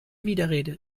widerrede